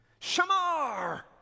Shamar